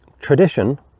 tradition